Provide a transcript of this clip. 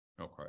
Okay